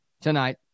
tonight